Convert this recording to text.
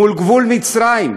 מול גבול מצרים.